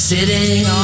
Sitting